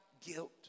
guilt